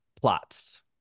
plots